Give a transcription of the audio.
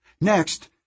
Next